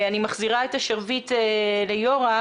אני מחזירה את השרביט ליורם,